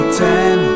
ten